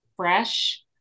fresh